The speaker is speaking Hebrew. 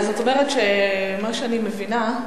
מה שאני מבינה,